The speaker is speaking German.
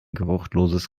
geruchloses